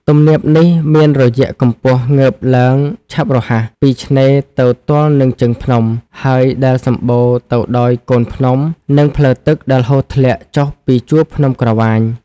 ទំនាបនេះ មានរយៈកំពស់ងើបឡើងឆាប់រហ័ស ពីឆ្នេរទៅទល់នឹងជើងភ្នំ ហើយ ដែលសំបូរទៅដោយកូនភ្នំ និងផ្លូវទឹកដែលហូរធ្លាក់ចុះពីជួរភ្នំក្រវាញ ។